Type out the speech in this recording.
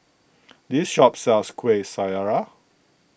this shop sells Kuih Syara